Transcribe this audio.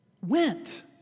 went